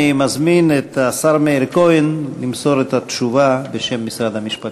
אני מזמין את השר מאיר כהן למסור את התשובה בשם משרד המשפטים.